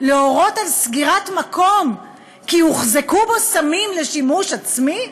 להורות על סגירת מקום כי הוחזקו בו סמים לשימוש עצמי?